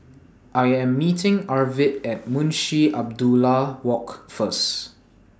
I Am meeting Arvid At Munshi Abdullah Walk First